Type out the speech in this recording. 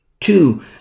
Two